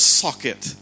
socket